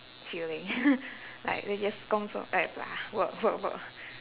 feeling like they 工作 act lah work work work